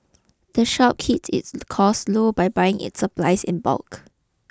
the shop keeps its costs low by buying its supplies in bulk